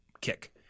kick